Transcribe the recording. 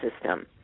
system